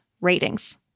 ratings